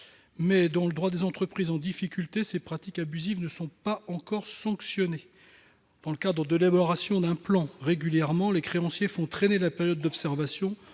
mais, dans le droit des entreprises en difficulté, ces pratiques abusives ne sont pas encore sanctionnées. Dans le cadre de l'élaboration d'un plan, les créanciers font régulièrement traîner la période d'observation